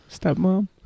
Stepmom